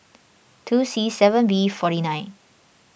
two C seven B forty nine